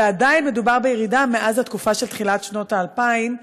ועדיין מדובר בירידה מאז תחילת שנות ה-2000,